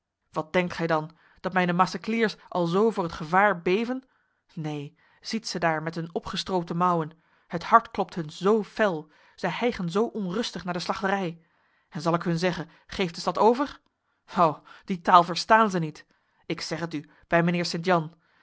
wat denkt gij dan dat mijne macecliers alzo voor het gevaar beven neen ziet ze daar met hun opgestroopte mouwen het hart klopt hun zo fel zij hijgen zo onrustig naar de slachterij en zal ik hun zeggen geeft de stad over ho die taal verstaan zij niet ik zeg het u bij mijnheer sint jan